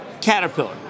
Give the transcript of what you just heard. Caterpillar